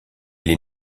est